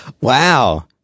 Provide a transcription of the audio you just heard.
Wow